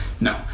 No